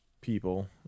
people